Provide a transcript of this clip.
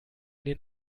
den